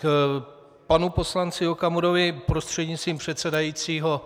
K panu poslanci Okamurovi prostřednictvím předsedajícího.